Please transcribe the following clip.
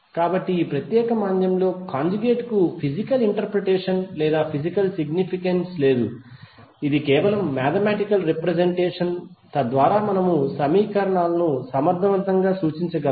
కాబట్టి ఈ ప్రత్యేక మాంద్యంలో కాంజుగేట్ కు ఫిజికల్ ఇంటర్ప్రెటేషన్ లేదా ఫిజికల్ సిగ్నిఫికెన్స్ లేదు ఇది కేవలం మేథమెటికల్ రెప్రెసెంటేషన్ మాత్రమే ఉంది తద్వారా మనము సమీకరణాలను సమర్థవంతంగా సూచించగలము